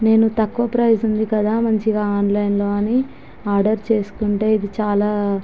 నేను తక్కువ ప్రైస్ ఉంది కదా మంచిగా ఆన్లైన్లో అని ఆర్డర్ చేసుకుంటే ఇది చాలా